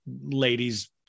ladies